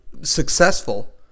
successful